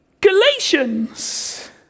Galatians